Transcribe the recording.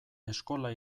eskola